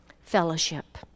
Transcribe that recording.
Fellowship